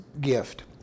gift